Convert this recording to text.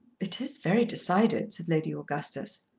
it is very decided, said lady augustus.